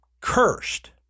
cursed